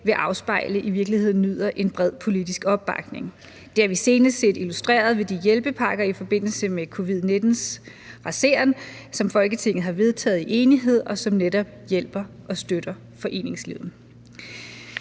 vil afspejle i virkeligheden nyder en bred politisk opbakning. Det har vi senest set illustreret ved de hjælpepakker i forbindelse med covid-19's raseren, som Folketinget har vedtaget i enighed, og som netop hjælper og støtter foreningslivet,